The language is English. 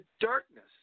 darkness